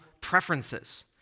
preferences